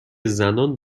زنان